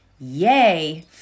Yay